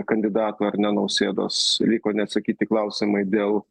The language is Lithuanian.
kandidatų ar ne nausėdos liko neatsakyti klausimai dėl